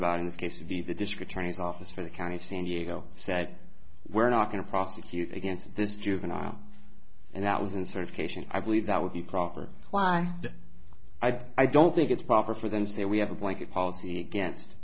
about in this case to be the district attorney's office for the county of san diego said we're not going to prosecute against this juvenile and that was in certification i believe that would be proper why i don't think it's proper for the nz that we have a blanket policy against